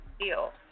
deal